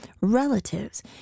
Relatives